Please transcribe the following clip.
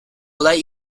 olay